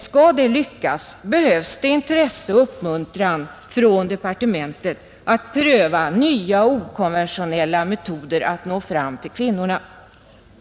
Skall det lyckas behövs intresse och uppmuntran från departementet att pröva nya, okonventionella metoder att nå fram till kvinnorna.